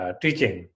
teaching